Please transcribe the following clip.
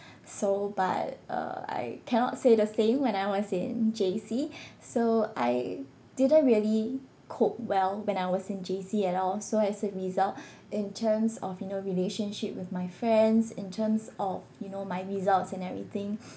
so but uh I cannot say the same when I was in J_C so I didn't really cope well when I was in J_C at all so as a result in terms of you know relationship with my friends in terms of you know my results and everything